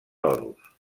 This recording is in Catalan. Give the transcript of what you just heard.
toros